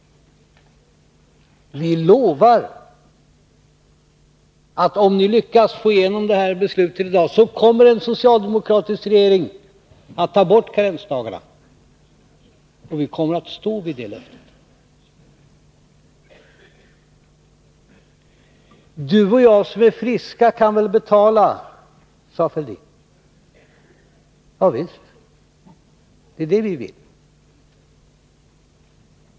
Vi lovar att om ni lyckas få igenom det här beslutet i dag, så kommer en socialdemokratisk regering att ta bort karensdagarna. Och vi kommer att stå vid det löftet. Du och jag som är friska kan väl betala, sade Thorbjörn Fälldin. Ja visst, det är det vi vill!